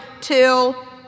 till